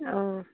অঁ